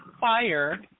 fire